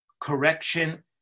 correction